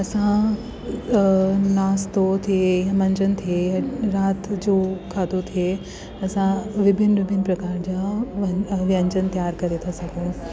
असां नाश्तो थिए मंझंदि थिए राति जो खाधो थिए असां विभिन विभिन प्रकार जा वन व्यंजन तयारु करे था सघूं